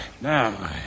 Now